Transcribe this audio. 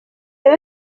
yari